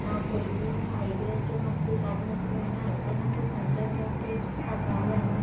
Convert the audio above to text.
आतां पयलीं आईगेर आसतना म्हाका तितलें ताजें नुस्तें मेळनाशिल्लें ताचे नंतर खंयचेंय मेळटा तें खातालें आमी